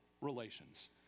relations